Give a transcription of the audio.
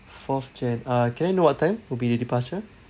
fourth jan uh can I know what time would be the departure